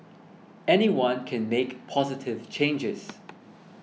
anyone can make positive changes